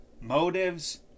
motives